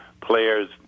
players